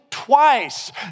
Twice